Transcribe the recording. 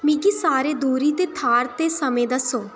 मिगी सारे दूरे दे थाह्र ते समें द'स्सो